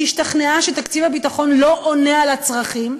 השתכנעה שתקציב הביטחון לא עונה על הצרכים,